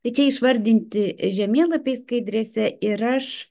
tai čia išvardinti žemėlapiai skaidrėse ir aš